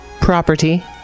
property